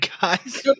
guys